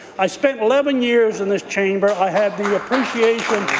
i spent eleven years in this chamber. i had the appreciation